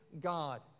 God